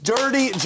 Dirty